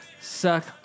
suck